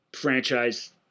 franchise